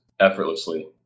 effortlessly